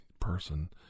person